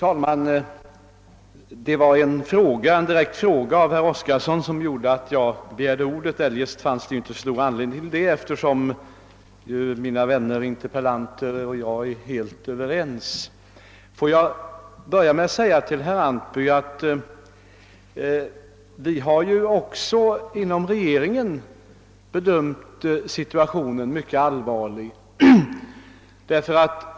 Herr talman! Det var en direkt fråga av herr Oskarson som föranledde mig att begära ordet. Annars fanns det egentligen inte någon anledning därtill, eftersom mina vänner interpellanter och jag är helt överens. Får jag börja med att säga till herr Antby att också vi inom regeringen har bedömt situationen som mycket allvarlig.